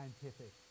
scientific